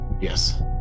Yes